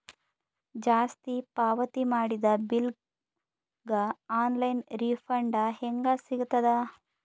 ಜಾಸ್ತಿ ಪಾವತಿ ಮಾಡಿದ ಬಿಲ್ ಗ ಆನ್ ಲೈನ್ ರಿಫಂಡ ಹೇಂಗ ಸಿಗತದ?